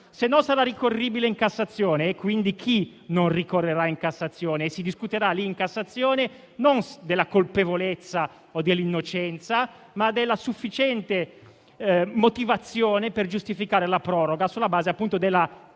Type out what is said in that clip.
sarà ricorribile in Cassazione e, quindi, chi non ricorrerà in Cassazione? In quella sede si discuterà non della colpevolezza o dell'innocenza, ma della sufficiente motivazione per giustificare la proroga sulla base della